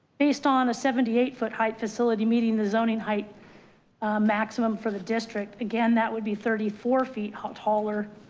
based on a seventy eight foot height facility, meeting the zoning height maximum for the district again, that would be thirty four feet ah taller.